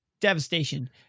devastation